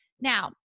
Now